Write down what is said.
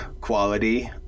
quality